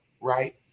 right